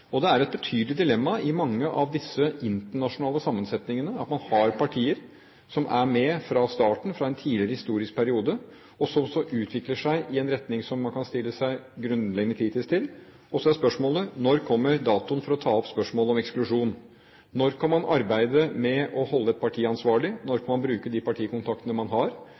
Og det er et betydelig dilemma i mange av disse internasjonale sammensetningene at man har partier som er med fra starten av, fra en tidligere historisk periode, og som så utvikler seg i en retning som man kan stille seg grunnleggende kritisk til. Så er spørsmålet: Når kommer datoen for å ta opp spørsmålet om eksklusjon, når kan man arbeide med å holde et parti ansvarlig, når kan man bruke de partikontaktene man har,